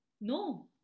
no